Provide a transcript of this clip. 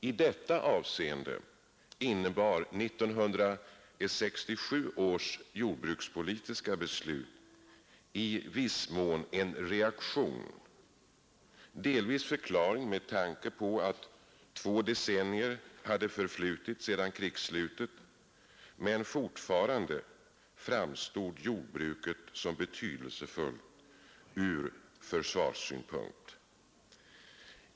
I detta avseende innebar 1967 års jordbrukspolitiska beslut i viss mån en reaktion, delvis förklarlig med tanke på att två decennier hade förflutit sedan krigsslutet. Men fortfarande framstod jordbruket som betydelsefullt från försvarssynpunkt.